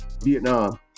Vietnam